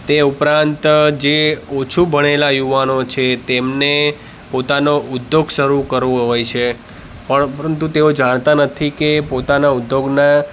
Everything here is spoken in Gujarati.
તે ઉપરાંત જે ઓછું ભણેલા યુવાનો છે તેમને પોતાનો ઉદ્યોગ શરૂ કરવો હોય છે પણ પરંતુ તેઓ જાણતા નથી કે પોતાના ઉદ્યોગના